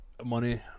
Money